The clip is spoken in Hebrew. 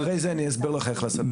אחרי זה אני אסביר לך איך לעשות את זה.